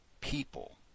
people